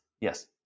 yes